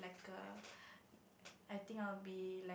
like a I think I will be like